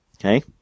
Okay